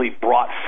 brought